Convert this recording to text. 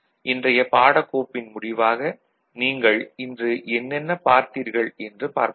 இன்றைய பாடக்கோப்பின் முடிவாக நீங்கள் இன்று என்னென்ன பார்த்தீர்கள் என்று பார்ப்போம்